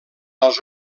als